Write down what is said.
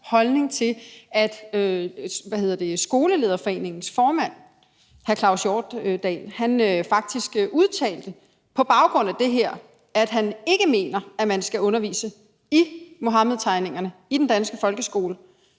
holdning til, at Skolelederforeningens formand, hr. Claus Hjortdal, på baggrund af det her faktisk udtalte, at han ikke mener, at man skal undervise i Muhammedtegningerne i den danske folkeskole.